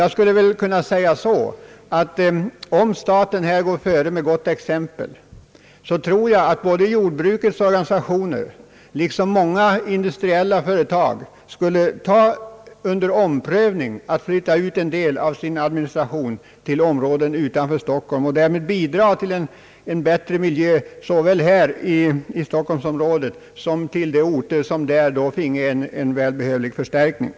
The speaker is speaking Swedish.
Om staten går före med gott exempel vad det gäller utflyttning tror jag att både jordbrukets organisationer och många industriella företag skulle ta under omprövning frågan om att flytta ut en del av sin administration till områden utanför Stockholm och därmed bidra till en bättre miljö inom stockholmsområdet och ett bättre underlag för de orter som finge del av den utflyttade verksamheten.